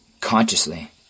consciously